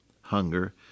hunger